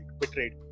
betrayed